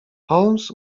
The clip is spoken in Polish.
holmes